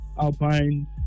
Alpine